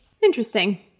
Interesting